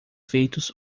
feitos